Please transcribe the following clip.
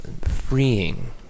freeing